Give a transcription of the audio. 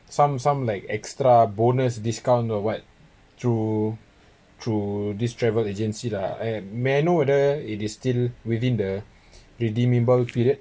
some some like extra bonus discount or what through through this travel agency lah may I know whether it is still within the redeemable period